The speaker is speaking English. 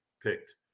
picked